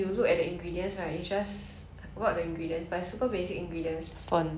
I don't even think there's 水 I'm not sure